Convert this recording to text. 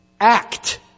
act